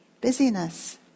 Busyness